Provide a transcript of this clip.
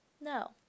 No